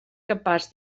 capaç